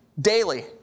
daily